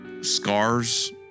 scars